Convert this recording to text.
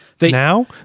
now